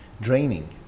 draining